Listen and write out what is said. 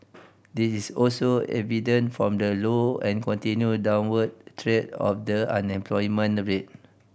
this is also evident from the low and continued downward trend of the unemployment rate